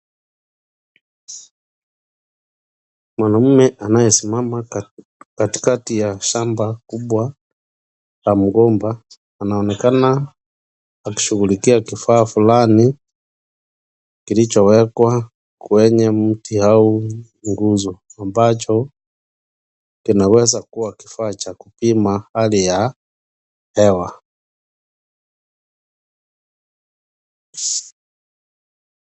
Mwanaume anayesimama katikati ya shamba kubwa la mgomba anaonekana akishughulikia kifaa fulani kilichowekwa kwenye mti au nguzo ambacho kinaweza kuwa kifaa cha kupima hali ya hewa.